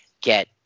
get